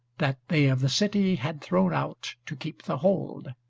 that they of the city had thrown out to keep the hold.